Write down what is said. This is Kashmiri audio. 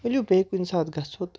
ؤلِو بیٚیہِ کُنہِ ساتہٕ گژھو